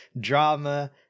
drama